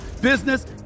business